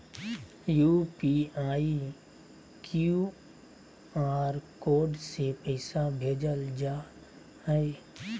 UPI, QR code से पैसा भेजल जा हइ